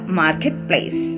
marketplace